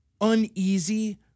uneasy